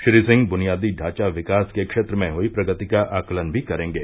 श्री सिंह बुनियादी ढांचा विकास के क्षेत्र में हुई प्रगति का आकलन भी करेंगे